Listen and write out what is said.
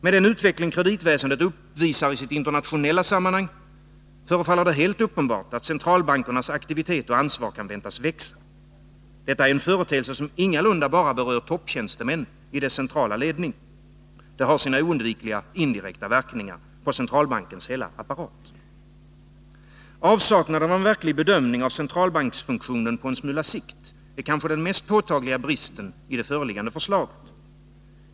Med den utveckling kreditväsendet uppvisar i internationella sammanhang förefaller det helt uppenbart att centralbankernas aktivitet och ansvar kan väntas växa. Detta är en företeelse som ingalunda berör bara topptjänstemän i den centrala ledningen. Det har sina oundvikliga indirekta verkningar på centralbankens hela apparat. Avsaknaden av en verklig bedömning av centralbanksfunktionen på litet sikt är kanske den mest påtagliga bristen i det föreliggande förslaget.